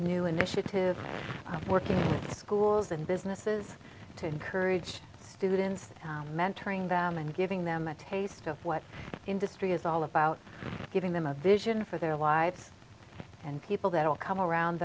new initiative working with schools and businesses to encourage students mentoring them and giving them a taste of what industry is all about giving them a vision for their lives and people that will come around